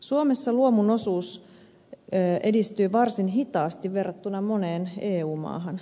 suomessa luomun osuus edistyy varsin hitaasti verrattuna moneen eu maahan